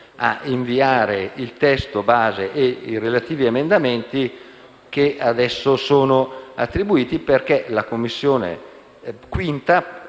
a inviare il testo base e i relativi emendamenti che ad esso sono attribuiti perché la 5a Commissione possa